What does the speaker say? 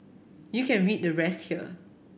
you can read the rest here